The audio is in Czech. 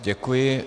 Děkuji.